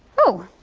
oh!